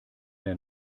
der